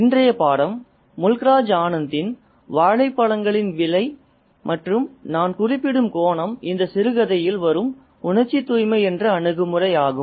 இன்றைய பாடம் முல்க் ராஜ் ஆனந்தின் "வாழைப்பழங்களின் விலை" மற்றும் நான் குறிப்பிடும் கோணம் இந்த சிறுகதையில் வரும் உணர்ச்சித்தூய்மை என்ற அணுகுமுறை ஆகும்